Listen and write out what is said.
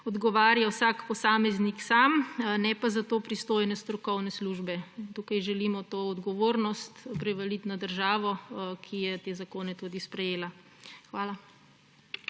odgovarja vsak posameznik sam, ne pa za to pristojne strokovne službe. Tukaj želimo to odgovornost prevaliti na državo, ki je te zakone tudi sprejela. Hvala.